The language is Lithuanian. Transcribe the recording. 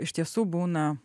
iš tiesų būna